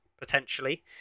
potentially